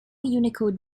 unicode